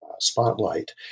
spotlight